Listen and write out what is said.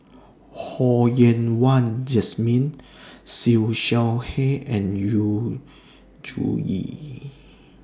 Ho Yen Wah Jesmine Siew Shaw Her and Yu Zhuye